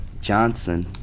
Johnson